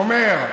הוא אומר,